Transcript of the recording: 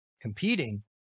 competing